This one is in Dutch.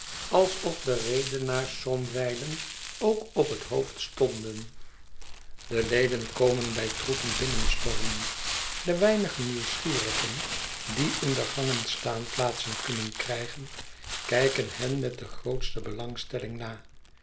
alsof redenaars somwijlen ook op het hoofd stonden de leden komen bij troepen binnenstormen de weinige nieuwsgierigen die in de gangen staanplaatsen kunnen krijgen kijken hen met de grootste belangstelling na